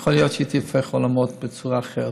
יכול להיות שהייתי הופך עולמות בצורה אחרת,